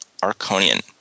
Arconian